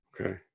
Okay